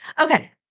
Okay